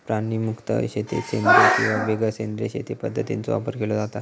प्राणीमुक्त शेतीत सेंद्रिय किंवा बिगर सेंद्रिय शेती पध्दतींचो वापर केलो जाता